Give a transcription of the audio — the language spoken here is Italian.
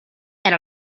era